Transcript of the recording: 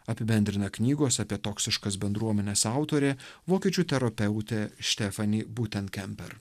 apibendrina knygos apie toksiškas bendruomenes autorė vokiečių terapeutė štefani būten kemper